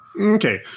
Okay